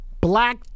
Black